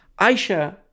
Aisha